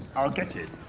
i'll get in.